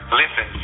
listen